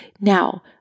Now